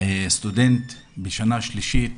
סטודנט בשנה שלישית,